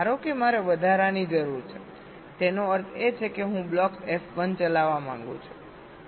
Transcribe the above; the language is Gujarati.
ધારો કે મારે વધારાની જરૂર છેતેનો અર્થ એ કે હું બ્લોક F1 ચલાવવા માંગુ છું